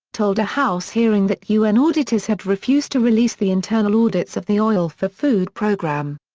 told a house hearing that un auditors had refused to release the internal audits of the oil-for-food programme.